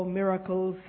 miracles